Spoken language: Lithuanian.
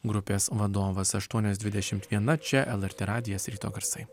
grupės vadovas aštuonios dvidešimt viena čia lrt radijas ryto garsai